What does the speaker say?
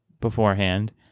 beforehand